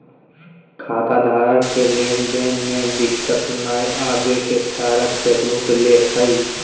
खाताधारक के लेन देन में दिक्कत नयय अबे के कारण चेकबुक ले हइ